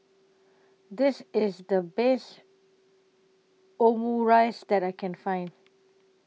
This IS The Best Omurice that I Can Find